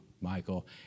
Michael